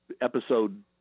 episode